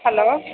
hello